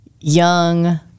young